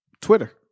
Twitter